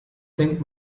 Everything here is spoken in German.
denkt